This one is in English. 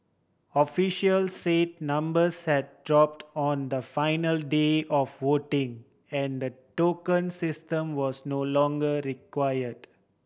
officials say numbers had dropped on the final day of voting and the token system was no longer required